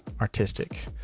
artistic